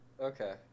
okay